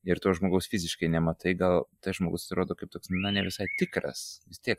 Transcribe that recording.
ir to žmogaus fiziškai nematai gal tas žmogus rodo kaip toks na nevisai tikras vis tiek